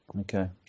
Okay